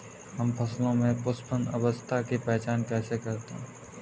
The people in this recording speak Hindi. हम फसलों में पुष्पन अवस्था की पहचान कैसे करते हैं?